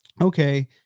okay